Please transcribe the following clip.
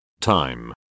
Time